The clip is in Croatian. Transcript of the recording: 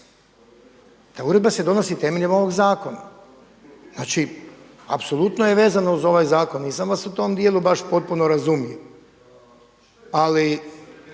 Ta uredba se donosi temeljem ovog zakona, znači apsolutno je vezana uz ovaj zakon. Nisam vas u tom dijelu baš potpuno razumio. Ali